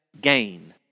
gain